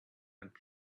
and